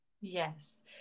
Yes